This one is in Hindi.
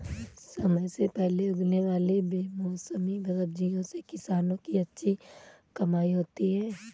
समय से पहले उगने वाले बेमौसमी सब्जियों से किसानों की अच्छी कमाई होती है